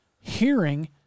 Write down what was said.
hearing